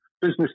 business